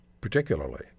particularly